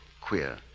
queer